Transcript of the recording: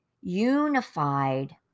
unified